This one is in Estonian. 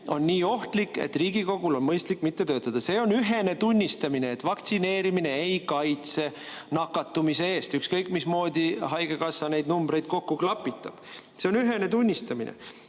on nii ohtlik, et Riigikogul on mõistlik mitte töötada. See on ühene tunnistamine, et vaktsineerimine ei kaitse nakatumise eest, ükskõik mismoodi haigekassa neid numbreid kokku ka ei klapita. See on ühene tunnistamine.